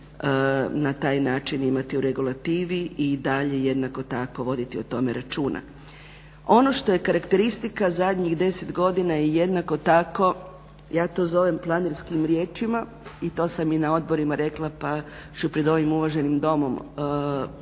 na taj način imati u regulativi i dalje jednako tako voditi o tome računa. Ono što je karakteristika zadnjih 10 godina je jednako tako, ja to zovem planerskim riječima i to sam i na odborima rekla pa ću pred ovim uvaženim domom reći